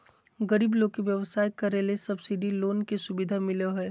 गरीब लोग के व्यवसाय करे ले सब्सिडी लोन के सुविधा मिलो हय